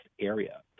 area